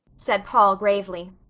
said paul gravely.